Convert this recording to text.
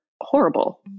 horrible